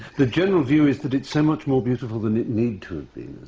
the general view is that it's so much more beautiful than it need to have been.